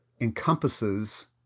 encompasses